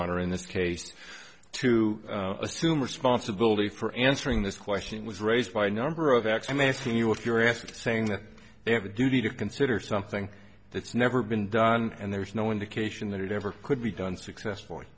honor in this case to assume responsibility for answering this question was raised by a number of x i'm asking you if you're asking saying that they have a duty to consider something that's never been done and there's no indication that it ever could be done successfully